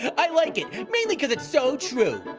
i like it. mainly cause it's so true.